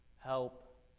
help